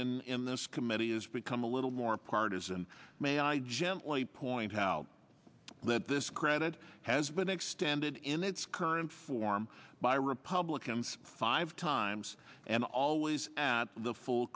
debate in this committee has become a little more partisan may i gently point out that this credit has been extended in its current form by republicans five times and always at the full